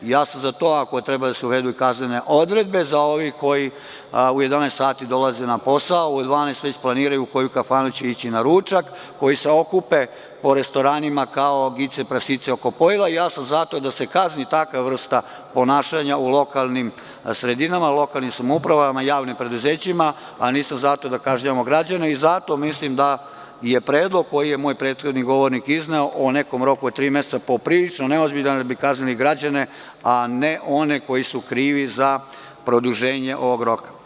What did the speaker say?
Ja sam za to ako treba da se uvedu kaznene odredbe za ove koje u 11,00 sati dolaze na posao, u 12,00 već planiraju u koju kafanu će ići na ručak, koji se okupe po restoranima kao gice-prasice oko pojila, i ja sam za to da se kazni takva vrsta ponašanja u lokalnim sredinama, u lokalnim samoupravama, javnim preduzećima, a nisam za to da kažnjavamo građane, i zato mislim da je predlog koji je moj prethodni govornik izneo o nekom roku od tri meseca po prilično neozbiljan da bi kaznili građane, a ne one koji su krivi za produženje ovog roka.